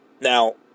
Now